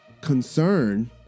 concern